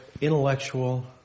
intellectual